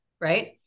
right